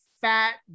fat